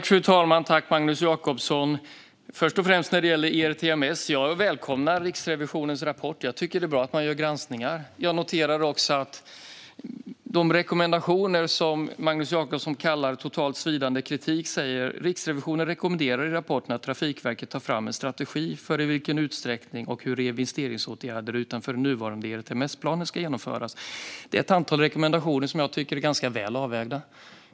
Fru talman! När det först gäller ERTMS välkomnar jag Riksrevisionens rapport. Jag tycker att det är bra att man gör granskningar. Jag noterar också att de rekommendationer som Magnus Jacobsson kallar totalt svidande kritik säger "Riksrevisionen rekommenderar i rapporten att Trafikverket tar fram en strategi för i vilken utsträckning och hur reinvesteringsåtgärder utanför den nuvarande ERTMS-planen ska genomföras". Det är ett antal rekommendationer som jag tycker är ganska väl avvägda.